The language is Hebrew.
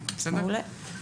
מעולה.